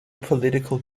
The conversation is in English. political